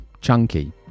chunky